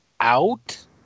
out